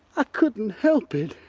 ah couldn't help it